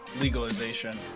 legalization